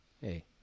hey